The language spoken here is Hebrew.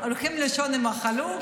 הולכים לישון עם החלוק,